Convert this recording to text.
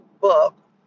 book